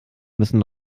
müssen